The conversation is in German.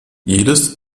jedes